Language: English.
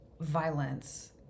violence